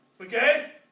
Okay